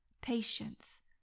patience